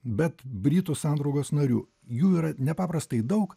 bet britų sandraugos narių jų yra nepaprastai daug